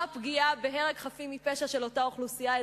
פגיעה והרג חפים מפשע של אותה אוכלוסייה אזרחית.